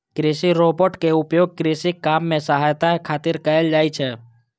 कृषि रोबोट के उपयोग कृषि काम मे सहायता खातिर कैल जाइ छै